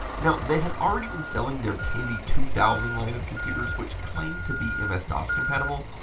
now, they had already been selling their tandy two thousand line of computers, which claimed to be ms-dos compatible.